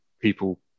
people